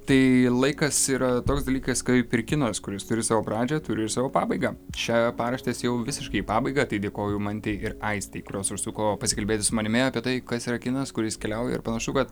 tai laikas yra toks dalykas kaip ir kinas kuris turi savo pradžią turi ir savo pabaigą čia paraštės jau visiškai į pabaiga tai dėkoju mantei ir aistei kurios užsuko pasikalbėti su manimi apie tai kas yra kinas kur jis keliauja ir panašu kad